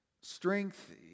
Strength